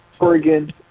oregon